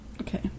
okay